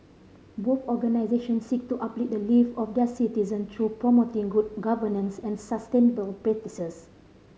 both organisations seek to uplift the live of their citizen through promoting good governance and sustainable practices